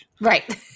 Right